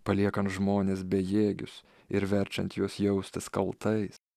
paliekan žmones bejėgius ir verčiant juos jaustis kaltais